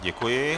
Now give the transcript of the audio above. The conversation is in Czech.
Děkuji.